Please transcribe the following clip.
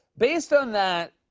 based on that,